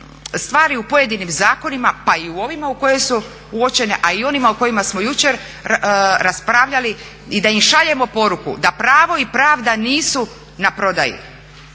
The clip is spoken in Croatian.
stvari u pojedinim zakonima pa i u ovima u kojima su uočene, a i u onima o kojima smo jučer raspravljali i da im šaljemo poruku da pravo i pravda nisu na prodaju,